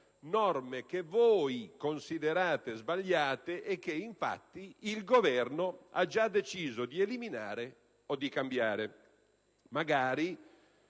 norme che voi considerate sbagliate e che infatti il Governo ha già deciso di eliminare o di cambiare,